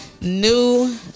new